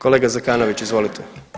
Kolega Zekanović, izvolite.